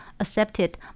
accepted